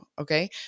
Okay